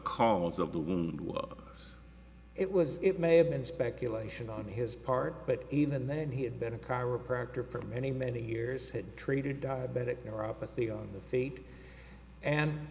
was it was it may have been speculation on his part but even then he had been a chiropractor for many many years had treated diabetic neuropathy of the feet and